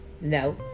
No